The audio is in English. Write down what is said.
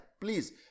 Please